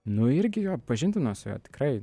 nu irgi jo pažindinuos su juo tikrai